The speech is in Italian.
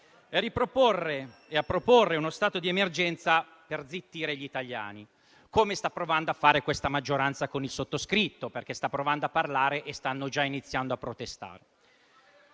a proporre uno stato di emergenza per zittire gli italiani, come sta provando a fare questa maggioranza con il sottoscritto, perché sto provando a parlare e stanno già iniziando a protestare.